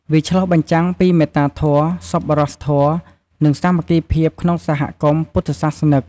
ទាំងព្រះសង្ឃ និងពុទ្ធបរិស័ទសុទ្ធតែមានតួនាទីរៀងៗខ្លួនក្នុងការធានាថាភ្ញៀវមានអារម្មណ៍កក់ក្ដៅ និងបានទទួលការយកចិត្តទុកដាក់ខ្ពស់បំផុត។